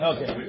Okay